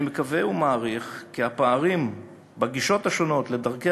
אני מקווה ומעריך כי הפערים בגישות השונות לדרכי